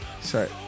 Sorry